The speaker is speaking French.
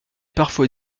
parfois